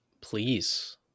Please